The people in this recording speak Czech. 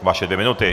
Vaše dvě minuty.